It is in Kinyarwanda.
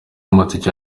amatike